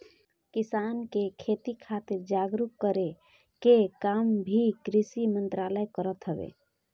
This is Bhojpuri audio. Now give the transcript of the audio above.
किसान के खेती खातिर जागरूक करे के काम भी कृषि मंत्रालय करत हवे